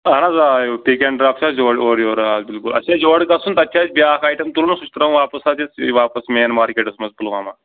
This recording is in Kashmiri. اَہَن حظ آ یہِ پِک اینٛڈ ڈرٛاپ چھُ اَسہِ اورٕ یور آ بِلکُل اَسہِ چھُ اَسہِ یورٕ گژھُن تَتہِ چھُ اَسہِ بیٛاکھ آیٹَم تُلُن سُہ چھُ ترٛاوُن واپَس اَتھ واپَس مین مارکیٹس منٛز پُلوامہ